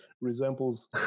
resembles